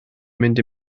mynd